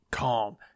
Calm